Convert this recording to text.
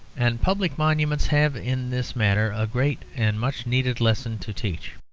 and public monuments have in this matter a great and much-needed lesson to teach.